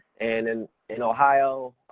and in in ohio,